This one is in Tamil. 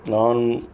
நான்